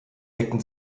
deckten